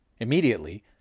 Immediately